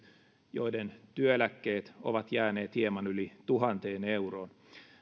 joiden työeläkkeet ovat jääneet hieman yli tuhanteen euroon